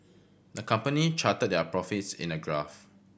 the company charted their profits in a graph